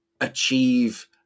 achieve